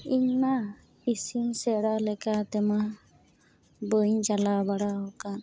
ᱤᱧᱢᱟ ᱤᱥᱤᱱ ᱥᱮᱬᱟ ᱞᱮᱠᱟ ᱛᱮᱢᱟ ᱵᱟᱹᱧ ᱪᱟᱞᱟᱣ ᱵᱟᱲᱟ ᱟᱠᱟᱱ